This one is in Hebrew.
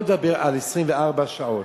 אני לא מדבר על 24 שעות.